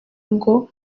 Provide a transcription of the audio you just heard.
ngo